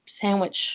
sandwich